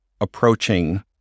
approaching